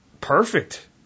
perfect